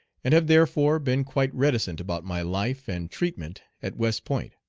and have therefore been quite reticent about my life and treatment at west point.